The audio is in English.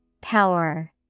Power